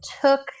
took